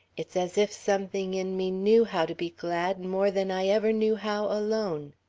it's as if something in me knew how to be glad more than i ever knew how alone.